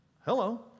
Hello